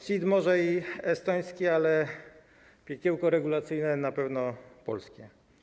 CIT może i estoński, ale piekiełko regulacyjne na pewno polskie.